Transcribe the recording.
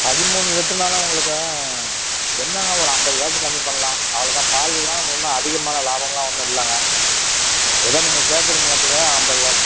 பதிமூணு லிட்டர்னாலும் உங்களுக்கு என்னென்னா ஒரு ஐம்பது காசு கம்மி பண்ணலாம் அவ்வளோ தான் பால்னா ஒன்றும் அதிகமான லாபம்லாம் ஒன்றும் இல்லைங்க ஏதோ நீங்கள் கேட்குறீங்கறதுக்காக ஐம்பது காசு